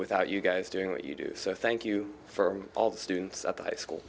without you guys doing what you do so thank you for all the students at the high school